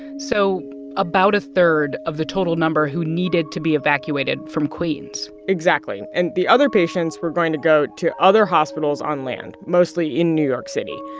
so about a third of the total number who needed to be evacuated from queens exactly. and the other patients were going to go to other hospitals on land, mostly in new york city.